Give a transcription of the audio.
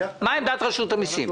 מה עמדת רשות המסים?